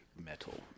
metal